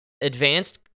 advanced